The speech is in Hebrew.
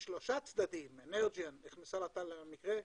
משלושה צדדים אנרג'יאן נכנסה למקרה,